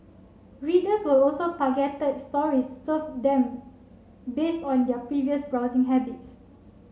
readers will also targeted stories serve them based on their previous browsing habits